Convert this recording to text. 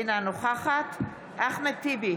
אינה נוכחת אחמד טיבי,